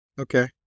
Okay